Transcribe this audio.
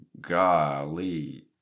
golly